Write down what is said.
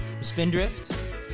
Spindrift